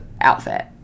outfit